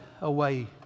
away